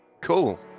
Cool